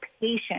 patient